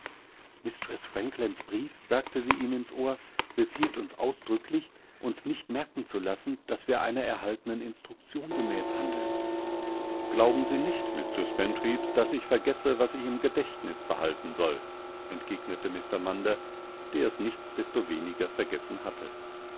franklands brief sagte sie ihm ins ohr befiehlt uns ausdrücklich uns nichtmerkenzulassen daßwireinererhalteneninstruktiongemäßhandeln glauben sie nicht mistreß pentreath daß ich vergesse was ich im gedächtnis behalten soll entgegnete mr munder der es nichtsdestoweniger vergessen hatte